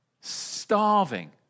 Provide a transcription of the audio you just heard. starving